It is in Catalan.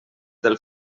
del